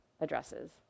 addresses